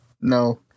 No